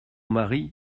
mari